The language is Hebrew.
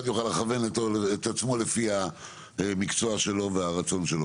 יוכל לכוון את עצמו לפי המקצוע שלו והרצון שלו.